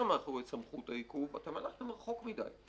מאחורי סמכות העיכוב - אתם הלכתם רחוק מדיי.